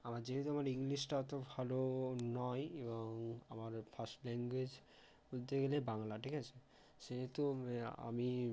আমার যেহেতু আমার ইংলিশটা অত ভালো নয় এবং আমার ফাস্ট ল্যাঙ্গুয়েজ বলতে গেলে বাংলা ঠিক আছে সেহেতু আমি